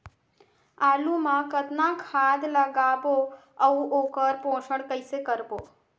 आलू मा कतना खाद लगाबो अउ ओकर पोषण कइसे करबो?